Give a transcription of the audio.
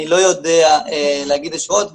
אני לא יודע להגיד ישירות.